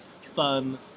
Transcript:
fun